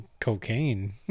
cocaine